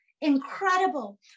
incredible